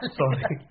sorry